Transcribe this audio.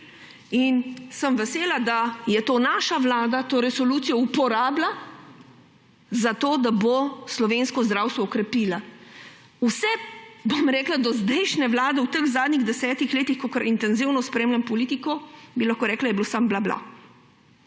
in sem vesela, da je naša vlada to resolucijo uporabila za to, da bo slovensko zdravstvo okrepila. V vseh dozdajšnjih vladah v zadnjih 10 letih, kolikor intenzivno spremljam politiko, bi lahko rekla, je bilo samo bla bla,